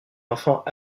enfant